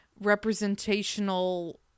representational